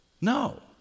No